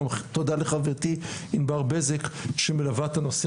גם תודה לחברתי ענבר בזק שמלווה את הנושא